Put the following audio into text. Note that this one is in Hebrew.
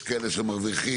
יש כאלה שמרוויחים